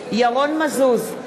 ירון מזוז,